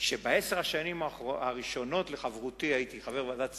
כשבעשר השנים הראשונות לחברותי הייתי חבר מאוד פעיל בוועדת הכספים,